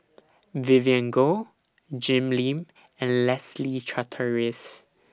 Vivien Goh Jim Lim and Leslie Charteris